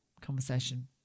conversation